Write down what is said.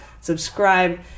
subscribe